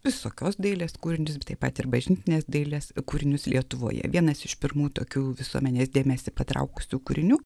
visokios dailės kūrinius taip pat ir bažnytinės dailės kūrinius lietuvoje vienas iš pirmų tokių visuomenės dėmesį patrauktų kūrinių